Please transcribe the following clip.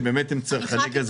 שבאמת הם צרכני גז גדולים.